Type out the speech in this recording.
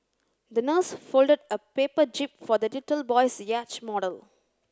the nurse folded a paper jib for the little boy's yacht model